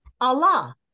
Allah